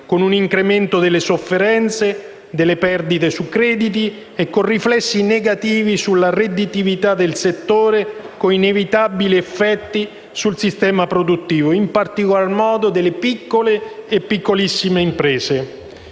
con un incremento delle sofferenze, delle perdite su crediti e con riflessi negativi sulla redditività del settore, con inevitabili effetti sul sistema produttivo, in particolar modo sulle piccole e piccolissime imprese.